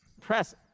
Press